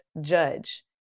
judge